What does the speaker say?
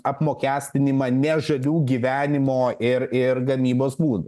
apmokestinimą nežalių gyvenimo ir ir gamybos būdų